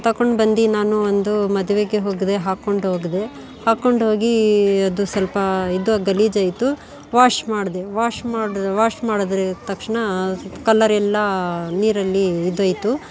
ತಗೊಂಡು ಬಂದು ನಾನು ಒಂದು ಮದುವೆಗೆ ಹೋದೆ ಹಾಕೊಂಡು ಹೋದೆ ಹಾಕೊಂಡು ಹೋಗಿ ಅದು ಸ್ವಲ್ಪ ಇದು ಗಲೀಜು ಆಯಿತು ವಾಶ್ ಮಾಡಿದೆ ವಾಶ್ ಮಾಡಿ ವಾಶ್ ಮಾಡಿದ್ರೆ ತಕ್ಷಣ ಕಲರ್ ಎಲ್ಲ ನೀರಲ್ಲಿ ಇದಾಯ್ತು